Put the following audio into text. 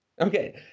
Okay